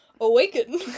Awaken